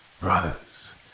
Brothers